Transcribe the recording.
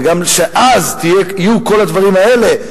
וגם כשיהיו כל הדברים האלה,